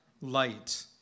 light